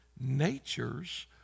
natures